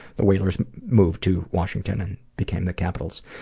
the whalers moved to washington and became the capitals.